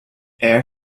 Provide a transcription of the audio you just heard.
air